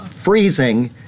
Freezing